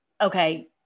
Okay